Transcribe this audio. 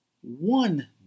one